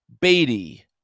Beatty